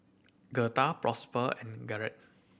Girtha Prosper and Garrett